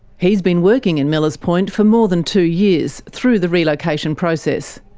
he has been working in millers point for more than two years, through the relocation process.